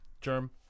Germ